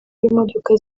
w’imodoka